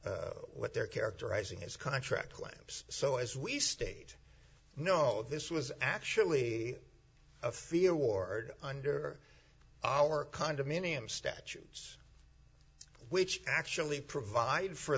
they're characterizing as contract claims so as we state no this was actually a fear ward under our condominium statutes which actually provide for